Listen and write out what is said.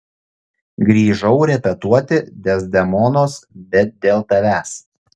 grįžau repetuoti dezdemonos bet dėl tavęs